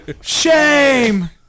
Shame